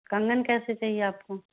कंगन कैसे चाहिए आपको